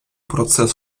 процес